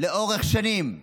לאורך שנים במגזר,